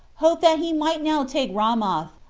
hoped that he might now take ramoth,